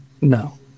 No